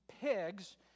pigs